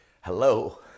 hello